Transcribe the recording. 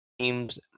teams